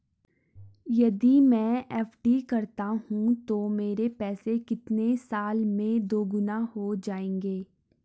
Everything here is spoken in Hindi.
यदि मैं एफ.डी करता हूँ तो मेरे पैसे कितने साल में दोगुना हो जाएँगे?